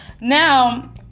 now